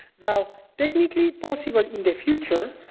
though technically possible in the future,